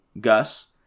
Gus